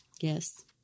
Yes